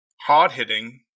hard-hitting